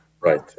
Right